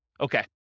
Okay